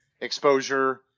exposure